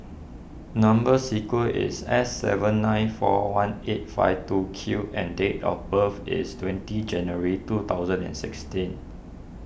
Number Sequence is S seven nine four one eight five two Q and date of birth is twenty January two thousand and sixteen